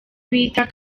bita